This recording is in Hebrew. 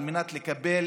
על מנת לקבל